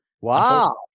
wow